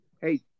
hey